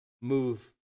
move